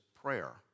prayer